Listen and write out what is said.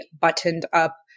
buttoned-up